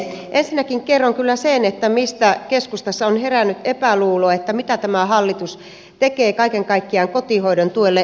ensinnäkin kerron kyllä sen mistä keskustassa on herännyt epäluulo sitä kohtaan mitä tämä hallitus tekee kaiken kaikkiaan kotihoidon tuelle